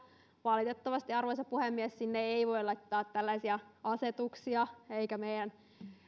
valitettavasti arvoisa puhemies sinne ei voi laittaa tällaisia asetuksia eikä meidän